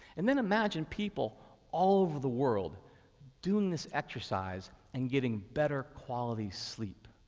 and then imagine people all over the world doing this exercise and getting better quality sleep.